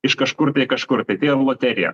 iš kažkur kažkur tai tai yra loterija